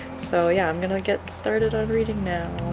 so yeah i'm gonna get started on reading now.